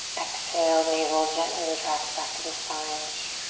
exhale, navel gently retracts back to the spine.